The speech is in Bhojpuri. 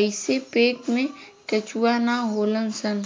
एइसे पेट में केचुआ ना होलन सन